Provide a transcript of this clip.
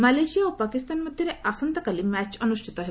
Malaysia ଓ ପାକିସ୍ତାନ ମଧ୍ୟରେ ଆସନ୍ତାକାଲି ମ୍ୟାଚ୍ ଅନୁଷ୍ଠିତ ହେବ